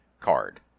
card